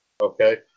Okay